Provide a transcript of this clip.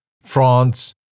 France